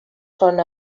són